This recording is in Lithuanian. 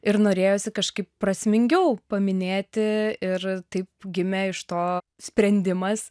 ir norėjosi kažkaip prasmingiau paminėti ir taip gimė iš to sprendimas